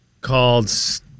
called